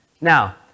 now